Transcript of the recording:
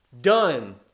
Done